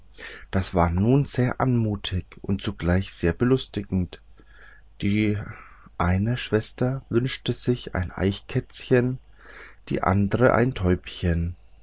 das war nun sehr anmutig und zugleich sehr belustigend die eine schwester wünschte sich ein eichkätzchen die andre ein täubchen